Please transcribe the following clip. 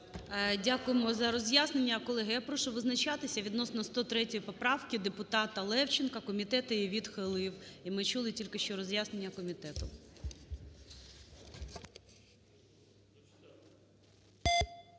Дякуємо за роз'яснення, колеги. Я прошу визначатися відносно 103 поправки, депутата Левченка. Комітет її відхилив, і ми чули тільки що роз'яснення комітету.